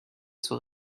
zur